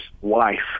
wife